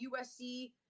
USC